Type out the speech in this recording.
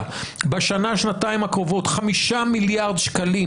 בשנה-שנתיים הקרובות 5 מיליארד שקלים